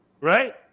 right